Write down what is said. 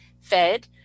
fed